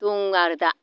दं आरो दा